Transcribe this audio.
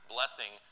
blessing